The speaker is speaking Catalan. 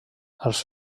els